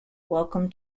welcome